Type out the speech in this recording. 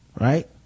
right